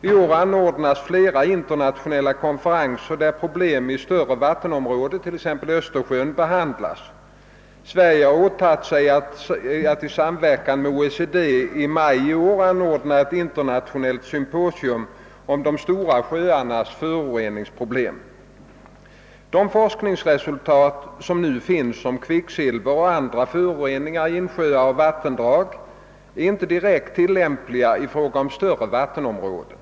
I år anordnas flera internationella konferenser, där problemen i större vattenområden — t.ex. Östersjön — behandlas. Sverige har åtagit sig att i samverkan med OECD i maj i år anordna ett internationellt symposium om stora sjöars föroreningsproblem. De forskningsresultat, som nu finns om kvicksilver och andra föroreningar i insjöar och vattendrag, är inte direkt tillämpliga i fråga om större vattenområden.